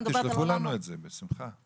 בבקשה, תשלחו לנו את זה, בשמחה.